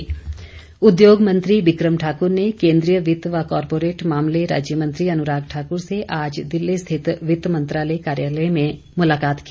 भेंट उद्योग मंत्री बिक्रम ठाक्र ने केंद्रीय वित्त व कॉरपोरेट मामले राज्यमंत्री अनुराग ठाक्र से आज दिल्ली स्थित वित्त मंत्रालय कार्यालय में मुलाकात की